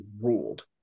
ruled